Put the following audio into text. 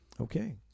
Okay